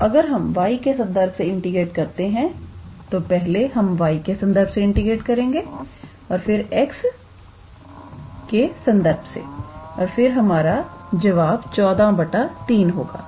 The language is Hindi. तो अगर हम y के संदर्भ से इंटीग्रेट करते हैं तो पहले हम y के संदर्भ से इंटीग्रेट करेंगे और फिर x के संदर्भ से और फिर हमारा जवाब 143होगा